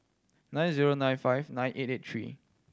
nine zero nine five nine eight eight three